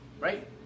right